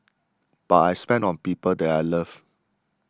but I spend on people that I love